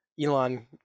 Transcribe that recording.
Elon